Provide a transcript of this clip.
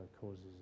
causes